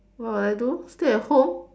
!wah! I don't stay at home